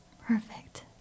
Perfect